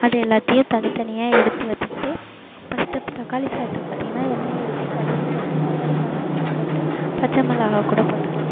அது எல்லாத்தையும் தனித்தனியாக எடுத்து வச்சுக்கிட்டு ஃபர்ஸ்ட்டு தக்காளி சாதத்துக்கு பார்த்திங்கனா எண்ணெய் ஊற்றி கடுகு போட்டு பட்டைமிளகால்லாம் போட்டு பச்சை மிளகாய் கூட போட்டுக்கலாம்